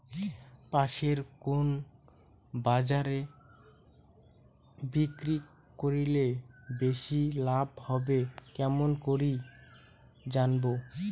পাশের কুন বাজারে বিক্রি করিলে বেশি লাভ হবে কেমন করি জানবো?